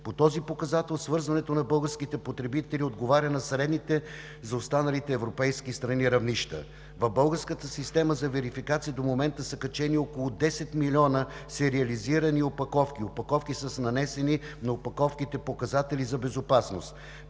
По този показател свързването на българските потребители отговаря на средните за останалите европейски страни равнища. В българската система за верификация до момента са качени около 10 милиона сериализирани опаковки, опаковки с нанесени показатели за безопасност.